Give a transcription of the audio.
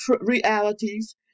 realities